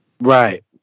Right